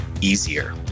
easier